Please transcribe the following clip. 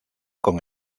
con